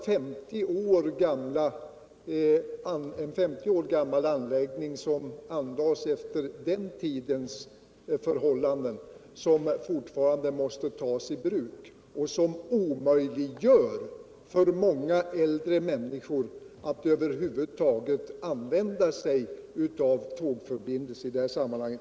Det är en femtio år gammal anläggning, byggd efter den tidens förhållanden, som fortfarande måste vara i bruk och som omöjliggör för många äldre människor att över huvud taget använda sig av tågförbindelse från Södertälje.